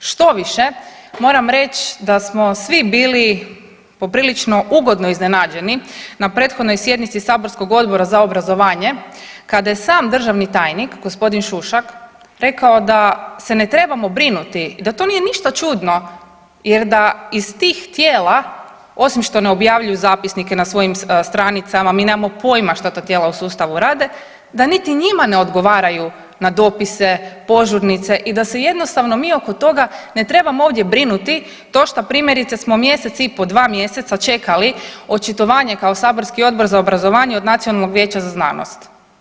Štoviše, moram reć da smo svi bili poprilično ugodno iznenađeni na prethodnoj sjednici saborskog Odbora za obrazovanje kada je sam državni tajnik g. Šušak rekao da se ne trebamo brinuti, da to nije ništa čudno jer da iz tih tijela osim što ne objavljuju zapisnike na svojim stranicama mi nemamo pojma šta ta tijela u sustavu rade, da niti njima ne odgovaraju na dopise, požurnice i da se jednostavno mi oko toga ne trebamo ovdje brinuti to što primjerice smo mjesec i po, dva mjeseca čekali očitovanje kao saborski Odbor za obrazovanje od Nacionalnog vijeća za znanost.